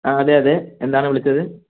ആ അതെ അതെ എന്താണ് വിളിച്ചത്